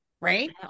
Right